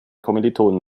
kommilitonen